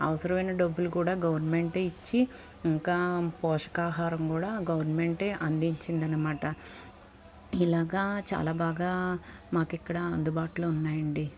అవసరమైన డబ్బులు కూడా గవర్నమెంటే ఇచ్చి ఇంకా పోషక ఆహారం కూడా గవర్నమెంటే అందించింది అనమాట ఇలాగా చాలా బాగా మాకు ఇక్కడ అందుబాటులో ఉన్నాయండి